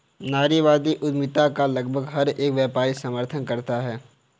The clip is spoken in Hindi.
नारीवादी उद्यमिता का लगभग हर एक व्यापारी समर्थन करता है